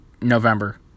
November